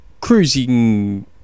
cruising